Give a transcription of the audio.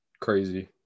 crazy